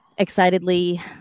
excitedly